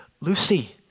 Lucy